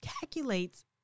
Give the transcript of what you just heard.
calculates